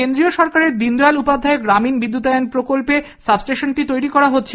কেন্দ্রীয় সরকারের দীনদয়াল উপাধ্যায় গ্রামীন বিদ্যুতায়ন প্রকল্পে সাবস্টেশনটি তৈরি করা হচ্ছিল